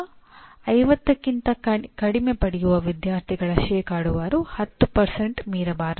ಅಥವಾ 50ಕ್ಕಿಂತ ಕಡಿಮೆ ಪಡೆಯುವ ವಿದ್ಯಾರ್ಥಿಗಳ ಶೇಕಡಾವಾರು 10 ಮೀರಬಾರದು